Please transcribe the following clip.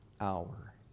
hour